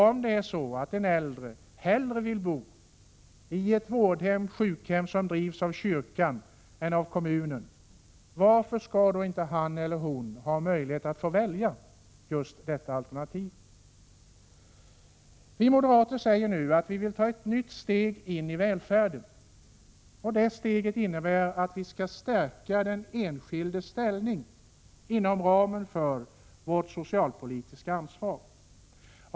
Om en äldre person hellre vill bo i ett vårdhem eller sjukhem som drivs av kyrkan än i ett som drivs av kommunen, varför skall han eller hon då inte få möjlighet att välja just det alternativet? Vi moderater säger nu att vi vill ta ett nytt steg in i välfärden, och det steget innebär att vi skall stärka den enskildes ställning inom ramen för vårt socialpolitiska ansvar.